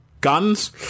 Guns